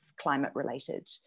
climate-related